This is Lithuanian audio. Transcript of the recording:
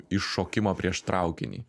iššokimo prieš traukinį